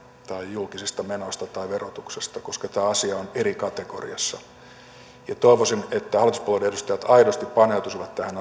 tai julkisista menoista tai verotuksesta koska tämä asia on eri kategoriassa ja toivoisin että hallituspuolueiden edustajat aidosti paneutuisivat tähän